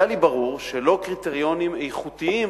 היה לי ברור שלא קריטריונים איכותיים